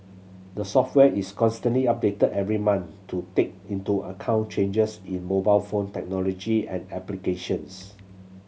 the software is constantly updated every month to take into account changes in mobile phone technology and applications